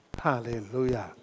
Hallelujah